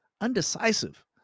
undecisive